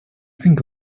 think